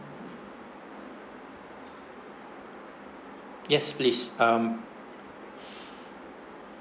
yes please um